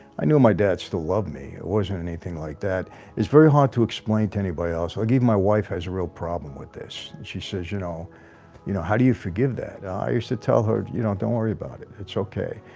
i know my dad still loved me. it wasn't anything like that it's very hard to explain to anybody else ah so i gave my wife has a real problem with this she says you know you know how do you forgive that i used to tell her you don't don't worry about it it's okay,